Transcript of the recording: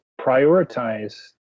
prioritize